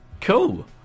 Cool